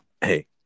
hey